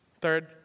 Third